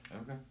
Okay